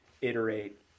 iterate